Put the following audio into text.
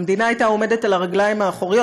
המדינה הייתה עומדת על הרגליים האחוריות.